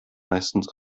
meistens